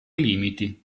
limiti